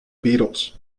beatles